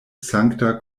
sankta